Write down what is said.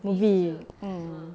movie mm